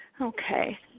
Okay